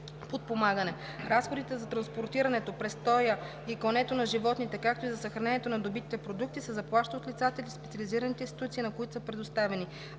подпомагане. Разходите за транспортирането, престоя и клането на животните, както и за съхранението на добитите продукти се заплащат от лицата или специализираните институции, на които са предоставени.